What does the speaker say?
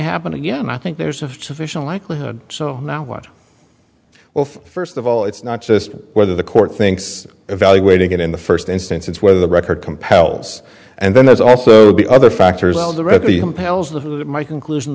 happen again i think there's a sufficient likelihood so now what well first of all it's not just whether the court thinks evaluating it in the first instance it's whether the record compels and then there's also the other factors my conclusion